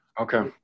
Okay